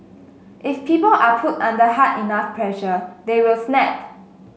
if people are put under hard enough pressure they will snap